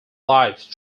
life